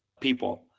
people